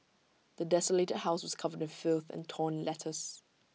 the desolated house was covered in filth and torn letters